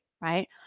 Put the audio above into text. right